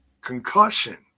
concussion